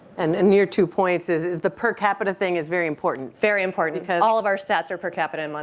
and and your two points is is the per capita thing is very important. very important. because all of our stats are per capita in like